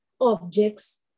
objects